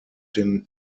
den